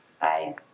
Bye